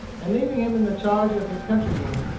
and leaving him in the charge of his countrywoman,